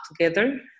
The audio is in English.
together